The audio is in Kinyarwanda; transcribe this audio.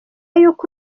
y’uko